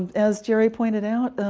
as jerry pointed out.